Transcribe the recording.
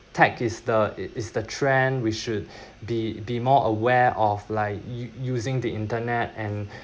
tag is the is the trend we should be be more aware of like u~ using the internet and